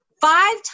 five